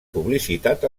publicitat